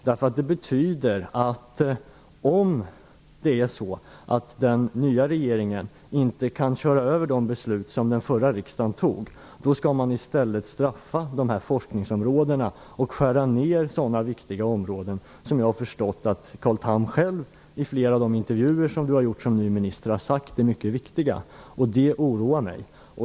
Svaret innebär att om den nya regeringen inte kan köra över de beslut som den förra riksdagen fattade skall man i stället straffa dessa forskningsområden och skära ned på de områden som Carl Tham själv i flera intervjuer, såsom nytillträdd minister, har sagt är mycket viktiga. Det oroar mig.